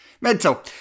Mental